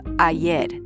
ayer